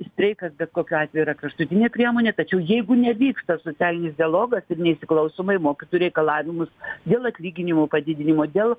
streikas bet kokiu atveju yra kraštutinė priemonė tačiau jeigu nevyksta socialinis dialogas ir neįsiklausoma į mokytojų reikalavimus dėl atlyginimų padidinimo dėl